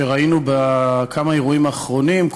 שראינו בכמה אירועים אחרונים,